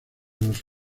los